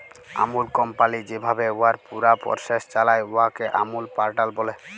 আমূল company যেভাবে উয়ার পুরা পরসেস চালায়, উয়াকে আমূল প্যাটার্ল ব্যলে